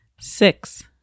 Six